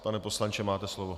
Pane poslanče, máte slovo.